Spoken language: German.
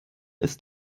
ist